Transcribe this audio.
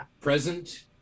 present